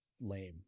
lame